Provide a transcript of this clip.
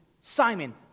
Simon